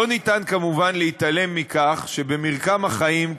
לא ניתן כמובן להתעלם מכך שבמרקם החיים,